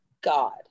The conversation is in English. God